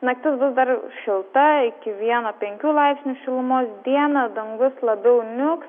naktis bus dar šilta iki vieno penkių laipsnių šilumos dieną dangus labiau niuks